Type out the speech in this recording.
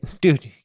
dude